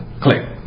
Click